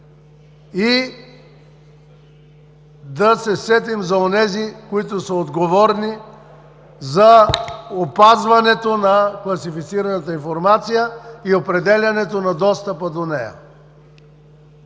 и да се сетим за онези, които са отговорни за опазването на класифицираната информация и определянето на достъпа до нея.